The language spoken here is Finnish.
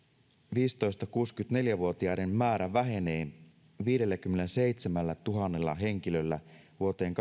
viisitoista viiva kuusikymmentäneljä vuotiaiden määrä vähenee viidelläkymmenelläseitsemällätuhannella henkilöllä vuoteen